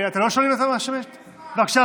בבקשה,